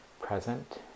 present